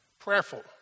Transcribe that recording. prayerful